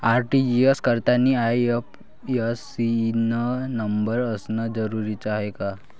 RTGS करतांनी IFSC न number असनं जरुरीच हाय का?